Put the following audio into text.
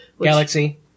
Galaxy